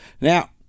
Now